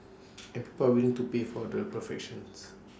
and people will to pay for the perfections